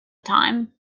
time